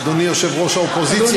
אדוני יושב-ראש האופוזיציה,